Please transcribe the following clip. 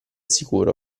sicuro